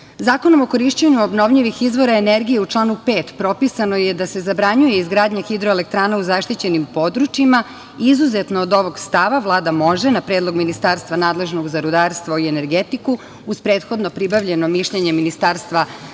Zakonom o korišćenju obnovljivih izvora energije u članu 5. propisano je da se zabranjuje izgradnja hidroelektrana u zaštićenim područjima, izuzetno od ovog stava Vlada može, na predlog ministarstva nadležnog za rudarstvo i energetiku, uz prethodno pribavljeno mišljenje Ministarstva